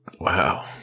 Wow